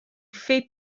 fait